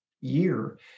year